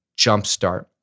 jumpstart